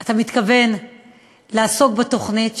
אתה מתכוון לעסוק בתוכנית,